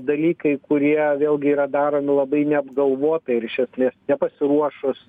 dalykai kurie vėlgi yra daromi labai neapgalvotai ir iš esmės nepasiruošus